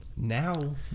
Now